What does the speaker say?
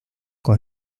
con